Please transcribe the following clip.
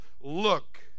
look